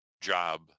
job